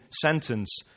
sentence